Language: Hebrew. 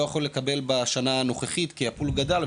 יכול לקבל בשנה הנוכחית כי הפול גדל,